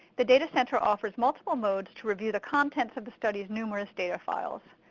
the data center offers multiple modes to review the contents of the studies numerous data files.